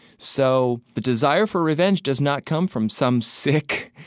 so, the desire for revenge does not come from some sick,